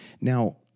Now